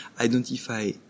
identify